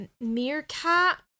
meerkat